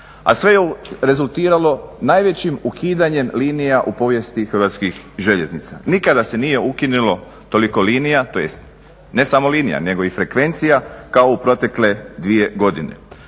a sve je rezultiralo najvećim ukidanjem linija u povijesti Hrvatskih željeznica. Nikada se nije ukinulo toliko linije tj. ne samo linija nego i frekvencija kao u protekle 2 godine.